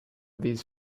these